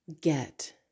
get